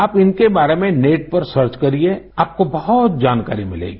आप इनके बारे में नेट पर सर्च करिए आपको बहुत जानकारी मिलेगी